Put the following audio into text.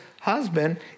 husband